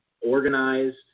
organized